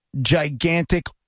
gigantic